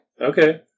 Okay